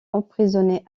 emprisonnés